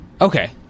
Okay